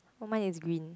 oh mine is green